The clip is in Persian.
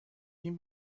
این